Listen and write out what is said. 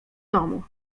domu